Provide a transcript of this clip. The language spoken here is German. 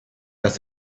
dass